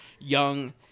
young